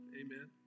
Amen